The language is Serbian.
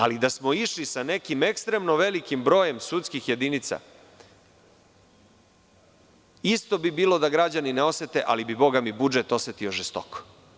Ali da smo išli sa nekim ekstremno velikim brojem sudskih jedinica, isto bi bilo da građani ne osete, ali bi bogami budžet osetio žestoko.